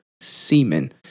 Semen